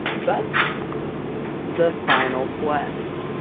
but the final quest!